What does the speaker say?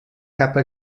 capa